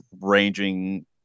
ranging